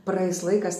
praeis laikas